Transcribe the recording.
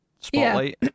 spotlight